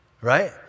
Right